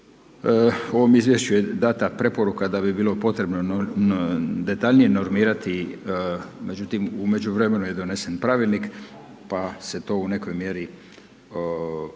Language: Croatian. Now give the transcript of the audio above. ovom izvješću je dana preporuka da bi bilo potrebno detaljnije normirati međutim u međuvremenu je donesen pravilnik pa se to u nekoj mjeri i